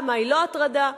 הטרדה, מהי לא הטרדה.